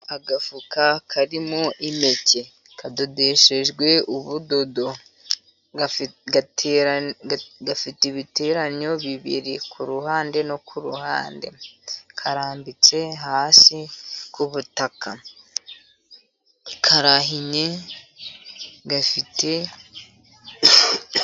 Agafuka karimo impeke, kadodeshejwe ubudodo gafite ibiteranyo bibiri ku ruhande no ku ruhande, karambitse hasi ku butaka, karahinye gafite..